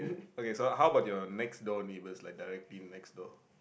okay so how about your next door neighbours like directly next door